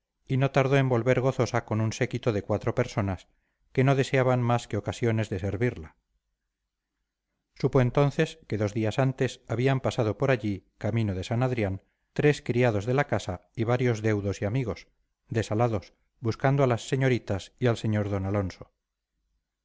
y no tardó en volver gozosa con un séquito de cuatro personas que no deseaban más que ocasiones de servirla supo entonces que dos días antes habían pasado por allí camino de san adrián tres criados de la casa y varios deudos y amigos desalados buscando a las señoritas y al señor d alonso